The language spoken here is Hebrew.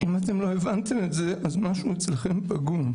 אם אתם לא הבנתם את זה, אז משהו אצלכם פגום.